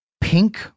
pink